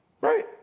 Right